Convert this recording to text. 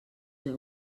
heu